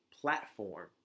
platform